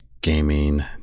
gaming